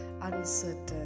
uncertain